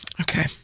Okay